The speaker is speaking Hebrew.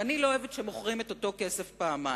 ואני לא אוהבת שמוכרים את אותו כסף פעמיים.